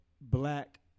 black